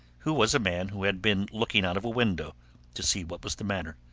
who was a man who had been looking out of a window to see what was the matter.